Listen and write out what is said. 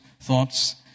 thoughts